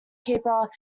keeper